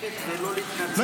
בשקט ולא להתנצח.